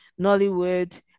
Nollywood